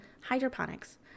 hydroponics